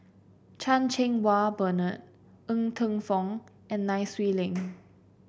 Chan Cheng Wah Bernard Ng Teng Fong and Nai Swee Leng